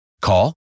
Call